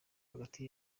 hagati